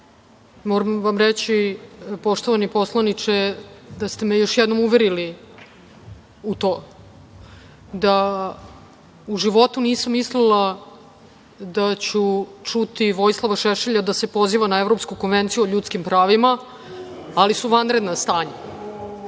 Moram vam reći, poštovani poslaniče, da ste me još jednom uverili u to da u životu nisam mislila da ću čuti Vojislava Šešelja da se poziva na Evropsku konvenciju o ljudskim pravima, ali su vanredna stanja. Hoću